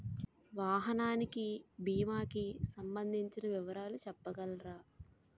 వాహనానికి భీమా కి సంబందించిన వివరాలు చెప్పగలరా?